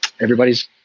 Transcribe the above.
everybody's